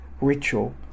ritual